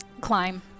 Climb